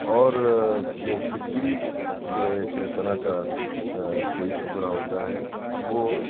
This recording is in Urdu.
اور جو پھٹکری جو ایک طرح کا کوئی ٹکڑا ہوتا ہے وہ